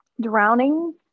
Drowning